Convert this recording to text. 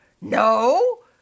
No